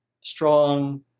strong